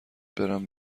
برم